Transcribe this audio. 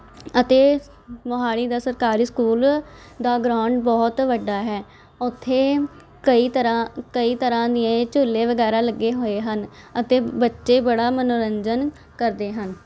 ਅਤੇ ਮੋਹਾਲੀ ਦਾ ਸਰਕਾਰੀ ਸਕੂਲ ਦਾ ਗਰਾਊਂਡ ਬਹੁਤ ਵੱਡਾ ਹੈ ਉੱਥੇ ਕਈ ਤਰ੍ਹਾਂ ਕਈ ਤਰ੍ਹਾਂ ਦੀਆਂ ਇਹ ਝੂਲੇ ਵਗੈਰਾ ਲੱਗੇ ਹੋਏ ਹਨ ਅਤੇ ਬੱਚੇ ਬੜਾ ਮਨੋਰੰਜਨ ਕਰਦੇ ਹਨ